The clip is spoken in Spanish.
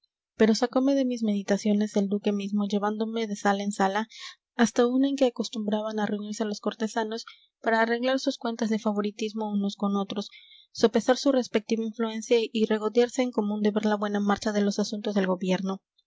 pero sacome de mis meditaciones el duque mismo llevándome de sala en sala hasta una en que acostumbraban a reunirse los cortesanos para arreglar sus cuentas de favoritismo unos con otros sopesar su respectiva influencia y regodearse en común de ver la buena marcha de los asuntos del gobierno